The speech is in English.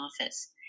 office